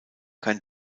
kein